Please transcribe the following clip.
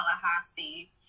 Tallahassee